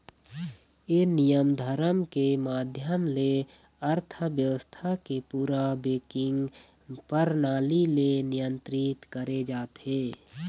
ये नियम धरम के माधियम ले अर्थबेवस्था के पूरा बेंकिग परनाली ले नियंत्रित करे जाथे